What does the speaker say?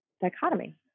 dichotomy